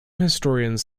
historians